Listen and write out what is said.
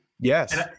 Yes